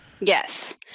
Yes